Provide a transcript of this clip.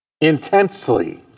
intensely